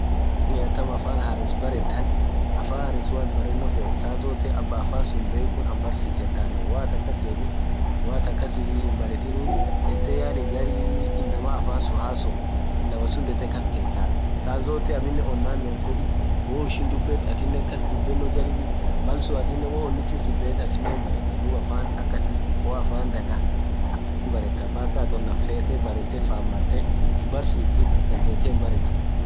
Yaani atam affan haress barethan affan hares woathin barreno fethu saa zothe abaa afann suun bhekhun anna barisisi yethani woathin akas hiyedhin woathin akasin hinbarethinin dhethee yaani gharii inamaa affan suun hasoo inamaa suun dhethe kasthetha saa zothe aminen onnanen fedhi woishin dhubethu athinen kasdhubeno jaribii malsun athinen woo onnithin sifethu athinen hinbaretha dhub affan akasii woaffan dhaghaa akasin baretha mpaka athin onnan fethe barethe fann marthee uff barsiftiti dhandhethe hinbarethuu